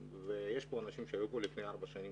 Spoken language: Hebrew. יש פה אנשים שהיו פה לפני ארבע שנים,